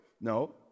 No